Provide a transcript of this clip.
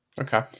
Okay